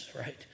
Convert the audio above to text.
right